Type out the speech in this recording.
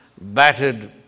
battered